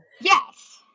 yes